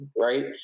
right